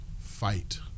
fight